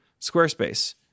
Squarespace